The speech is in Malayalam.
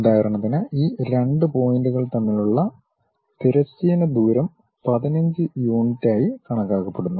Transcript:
ഉദാഹരണത്തിന് ഈ 2 പോയിന്റുകൾ തമ്മിലുള്ള തിരശ്ചീന ദൂരം 15 യൂണിറ്റായി കണക്കാക്കപ്പെടുന്നു